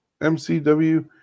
MCW